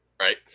right